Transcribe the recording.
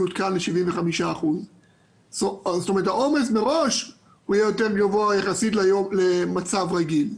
75%. זאת אומרת העומס מראש יהיה יותר גבוה יחסית למצב רגיל.